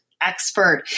expert